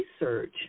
research